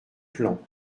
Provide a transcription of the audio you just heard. plan